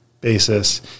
basis